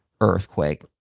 earthquake